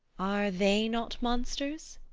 are they not monsters?